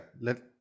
let